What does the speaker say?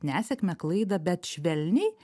nesėkmę klaidą bet švelniai